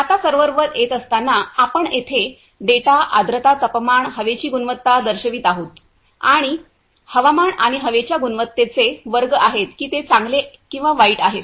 आता सर्व्हरवर येत असताना आपण येथे डेटा आर्द्रता तापमान हवेची गुणवत्ता दर्शवित आहोत आणि हवामान आणि हवेच्या गुणवत्तेचे वर्ग आहेत की ते चांगले किंवा वाईट आहेत